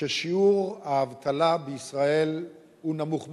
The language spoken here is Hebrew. ששיעור האבטלה בישראל הוא נמוך מאוד.